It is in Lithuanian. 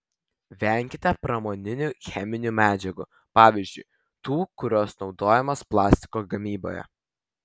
venkite pramoninių cheminių medžiagų pavyzdžiui tų kurios naudojamos plastiko gamyboje